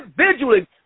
individually